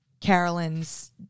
Carolyn's